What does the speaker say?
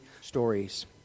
stories